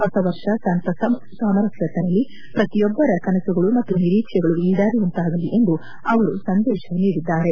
ಹೊಸ ವರ್ಷ ಸಂತಸ ಮತ್ತು ಸಾಮರಸ್ಲ ತರಲಿ ಪ್ರತಿಯೊಬ್ಬರ ಕನಸುಗಳು ಮತ್ತು ನಿರೀಕ್ಷೆಗಳು ಈಡೇರುವಂತಾಗಲಿ ಎಂದು ಅವರು ಸಂದೇಶ ನೀಡಿದ್ದಾರೆ